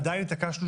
עדיין התעקשנו